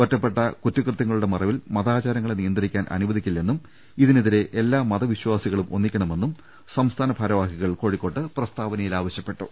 ഒറ്റപ്പെട്ട കുറ്റകൃത്യങ്ങ ളുടെ മറവിൽ മതാചാരങ്ങളെ നിയന്ത്രിക്കാൻ അനുവദിക്കില്ലെന്നും ഇതി നെതിരെ എല്ലാ മതവിശ്വാസികളും ഒന്നിക്കണമെന്നും സംസ്ഥാന ഭാരവാ ഹികൾ കോഴിക്കോട്ട് പ്രസ്താവനയിൽ ആവശ്യപ്പെട്ടു